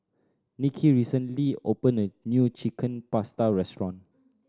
Nicki recently opened a new Chicken Pasta restaurant